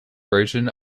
version